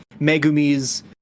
Megumi's